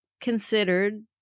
considered